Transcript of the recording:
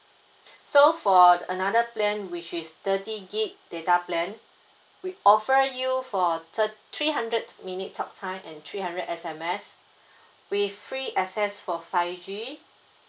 so for another plan which is thirty gig data plan we offer you for thir~ three hundred minute talktime and three hundred S_M_S with free access for five G